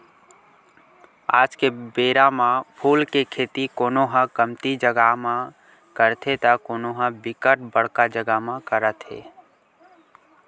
आज के बेरा म फूल के खेती कोनो ह कमती जगा म करथे त कोनो ह बिकट बड़का जगा म करत हे